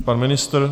Pan ministr?